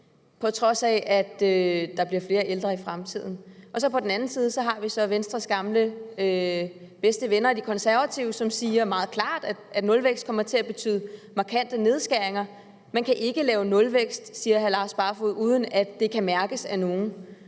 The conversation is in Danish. på trods af at der bliver flere ældre i fremtiden. På den anden side har vi så Venstres bedste gamle venner i De Konservative, som siger meget klart, at nulvækst kommer til at betyde markante nedskæringer. Man kan ikke lave nulvækst, siger hr. Lars Barfoed, uden at det kan mærkes af nogle.